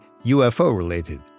UFO-related